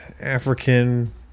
African